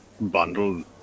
bundle